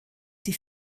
die